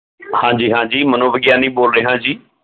ਹਾਂਜੀ ਹਾਂਜੀ ਮਨੋਵਿਗਿਆਨੀ ਬੋਲ ਰਿਹਾਂ ਜੀ